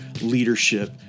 leadership